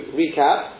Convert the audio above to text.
recap